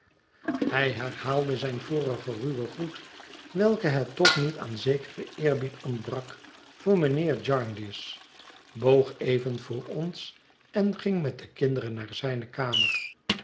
hij herhaalde zijn vorigen ruwen groet welken het toch niet aan zekeren eerbied ontbrak voor mijnheer jarndyce boog even voor ons en ging met de kinderen naar zijne kamer